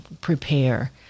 prepare